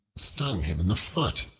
stung him in the foot.